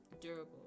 durable